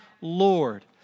Lord